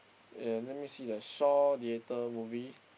and let me see the Shaw-Theatre movie